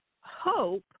hope